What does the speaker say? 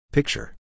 Picture